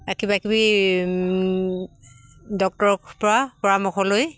আৰু কিবা কিবি ডক্টৰক পৰা পৰামৰ্শলৈ